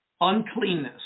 uncleanness